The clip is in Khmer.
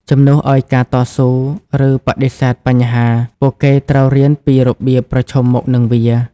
ជំនួសឱ្យការតស៊ូ ឬបដិសេធបញ្ហា ពួកគេត្រូវរៀនពីរបៀបប្រឈមមុខនឹងវា។